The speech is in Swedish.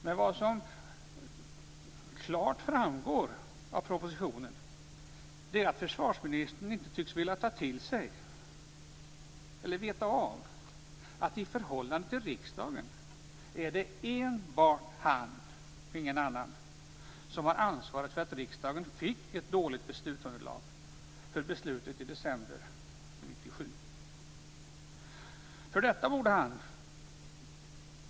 Men vad som klart framgår av propositionen är att försvarsministern inte tycks vilja veta av att det i förhållande till riksdagen enbart är han, ingen annan, som har ansvaret för att riksdagen fick ett dåligt beslutsunderlag för beslutet i december 1997.